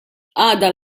għada